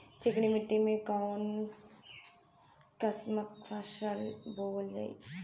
चिकनी मिट्टी में कऊन कसमक फसल बोवल जाई?